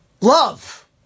love